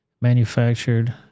manufactured